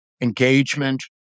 engagement